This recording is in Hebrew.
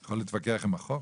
אתה יכול להתווכח עם החוק?